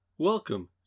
welcome